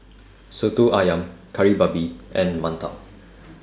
Soto Ayam Kari Babi and mantou